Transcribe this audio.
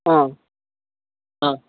ஆ ஆ